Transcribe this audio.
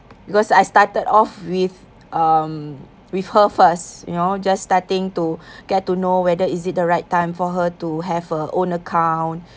because I started off with um with her first you know just starting to get to know whether is it the right time for her to have her own account